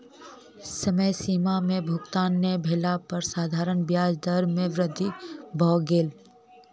समय सीमा में भुगतान नै भेला पर साधारण ब्याज दर में वृद्धि भ गेल